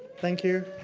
thank you.